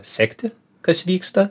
sekti kas vyksta